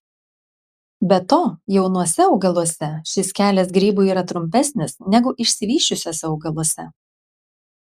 be to jaunuose augaluose šis kelias grybui yra trumpesnis negu išsivysčiusiuose augaluose